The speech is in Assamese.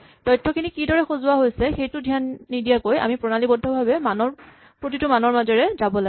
তথ্যখিনি কি ধৰণে সজোৱা হৈছে সেইটোত ধ্যান নিদিয়াকৈয়ে আমি প্ৰণালীবদ্ধভাৱে প্ৰতিটো মানৰ মাজেৰে যাব লাগিব